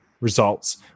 results